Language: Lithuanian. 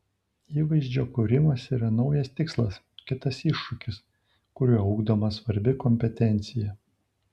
įvaizdžio kūrimas yra naujas tikslas kitas iššūkis kuriuo ugdoma svarbi kompetencija